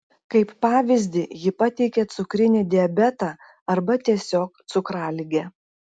kaip pavyzdį ji pateikia cukrinį diabetą arba tiesiog cukraligę